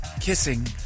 kissing